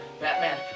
Batman